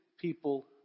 people